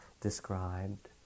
described